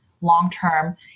long-term